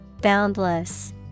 Boundless